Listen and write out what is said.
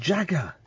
Jagger